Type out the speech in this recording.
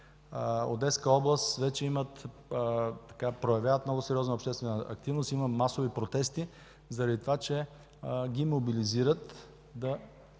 Одеска област проявяват много сериозна обществена активност – има масови протести заради това, че ги мобилизират да